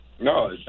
No